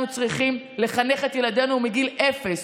אנחנו צריכים לחנך את ילדינו מגיל אפס